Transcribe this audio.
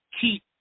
keep